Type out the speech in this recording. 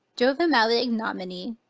drove him out with ignominy,